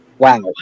Wow